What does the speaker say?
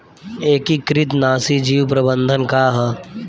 एकीकृत नाशी जीव प्रबंधन का ह?